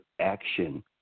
action